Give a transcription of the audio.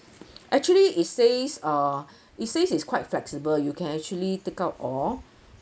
actually it says err it says is quite flexible you can actually take out or